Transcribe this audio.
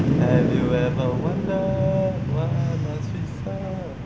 have you ever wondered why must we suck